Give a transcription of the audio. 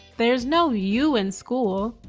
there's no u in school.